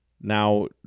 Now